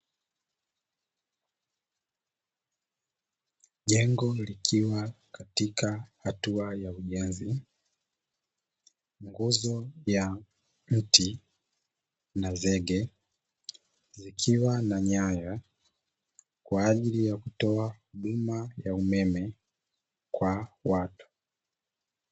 Jengo likiwa katika hatua ya ujenzi, nguzo ya mti na zege zikiwa na nyaya kwa ajili ya kutoa huduma ya umeme kwa watu.